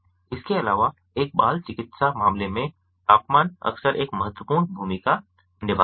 इसके अलावा एक बाल चिकित्सा मामले में तापमान अक्सर एक महत्वपूर्ण भूमिका निभाता है